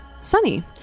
Sunny